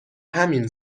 همین